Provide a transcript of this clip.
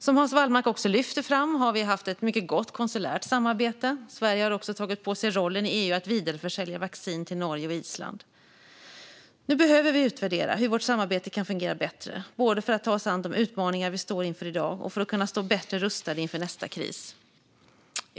Som Hans Wallmark också lyfter fram har vi haft ett mycket gott konsulärt samarbete. Sverige har också tagit på sig rollen i EU att vidareförsälja vaccin till Norge och Island. Nu behöver vi utvärdera hur vårt samarbete kan fungera bättre, både för att ta oss an de utmaningar vi står inför i dag och för att kunna stå bättre rustade inför nästa kris.